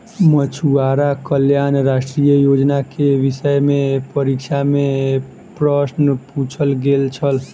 मछुआरा कल्याण राष्ट्रीय योजना के विषय में परीक्षा में प्रश्न पुछल गेल छल